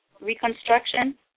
reconstruction